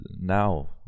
now